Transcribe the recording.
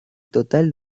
total